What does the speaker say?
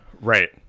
Right